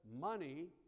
money